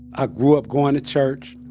ah grew up going to church.